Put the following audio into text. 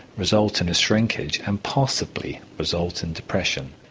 result in a shrinkage and possibly result in depression.